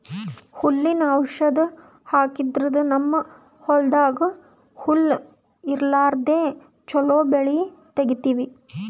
ಹುಲ್ಲಿನ್ ಔಷಧ್ ಹಾಕದ್ರಿಂದ್ ನಮ್ಮ್ ಹೊಲ್ದಾಗ್ ಹುಲ್ಲ್ ಇರ್ಲಾರ್ದೆ ಚೊಲೋ ಬೆಳಿ ತೆಗೀತೀವಿ